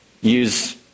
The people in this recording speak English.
use